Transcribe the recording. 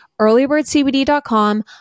earlybirdcbd.com